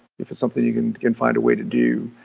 if it's something you can can find a way to do,